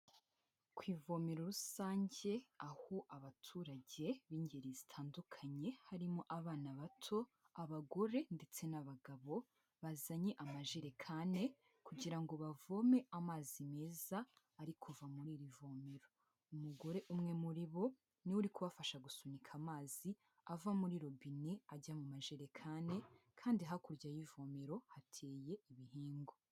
Ku ivomero rusange aho abaturage b'ingeri zitandukanye, harimo abana bato, abagore ndetse n'abagabo, bazanye amajerekane kugira ngo bavome amazi meza ari kuva muri iri vomero. Umugore umwe muri bo ni we uri kubafasha gusunika amazi ava muri robine, ajya mu majerekani kandi hakurya y'ivomero hateye ibihingwa.